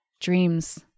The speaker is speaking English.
dreams